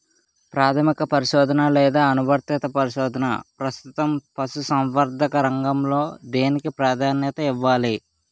ప్రాథమిక పరిశోధన లేదా అనువర్తిత పరిశోధన? ప్రస్తుతం పశుసంవర్ధక రంగంలో దేనికి ప్రాధాన్యత ఇవ్వాలి?